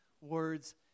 words